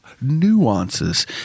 nuances